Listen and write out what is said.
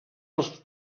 els